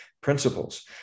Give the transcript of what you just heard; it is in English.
principles